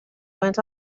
went